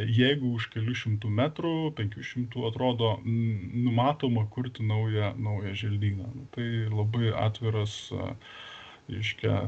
jeigu už kelių šimtų metrų penkių šimtų atrodo numatoma kurti naują naują želdyną tai labai atviras reiškia